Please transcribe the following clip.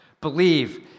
Believe